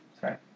Sorry